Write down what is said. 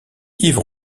yves